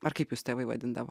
ar kaip jus tėvai vadindavo